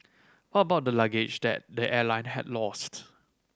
what about the luggage that the airline had lost